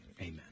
Amen